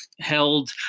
held